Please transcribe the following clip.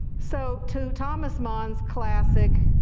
so to thomas mann's classic,